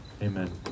Amen